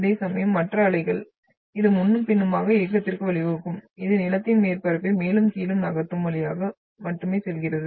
அதேசமயம் மற்ற அலைகள் இது முன்னும் பின்னுமாக இயக்கத்திற்கு வழிவகுக்கும் இது நிலத்தின் மேற்பரப்பை மேலும் கீழும் நகர்த்தும் வழியாக மட்டுமே செல்கிறது